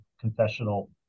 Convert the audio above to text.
confessional